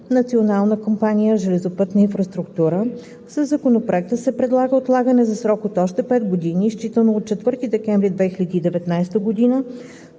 Национална компания „Железопътна инфраструктура“, със Законопроекта се предлага отлагане за срок от още 5 години, считано от 4 декември 2019 г., на